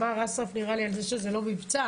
אסרף דיבר על כך שזה לא מבצע,